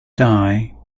die